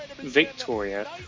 Victoria